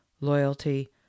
loyalty